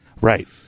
Right